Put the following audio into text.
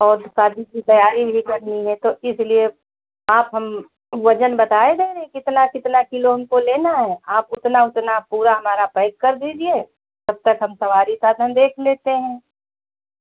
और शादी की तैयारी भी करनी है तो इसलिए आप हम वजन बताए दे रहें कितना कितना किलो हमको लेना है आप उतना उतना पूरा हमारा पैक कर दीजिए तब तक हम सवारी साधन देख लेते हैं